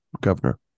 governor